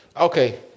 okay